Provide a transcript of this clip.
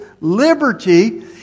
liberty